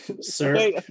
sir